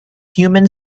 human